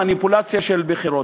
מניפולציה של בחירות,